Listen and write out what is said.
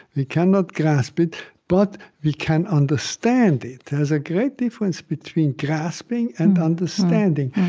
we cannot grasp it, but we can understand it there's a great difference between grasping and understanding.